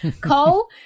Cole